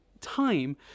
time